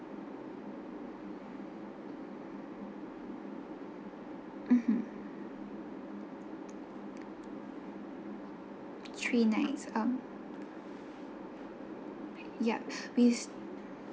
mmhmm three nights um yup